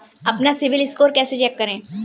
अपना CIBIL score कैसे check करें?